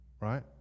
right